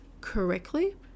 correctly